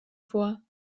vor